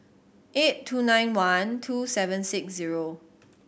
eight two nine one two seven six zero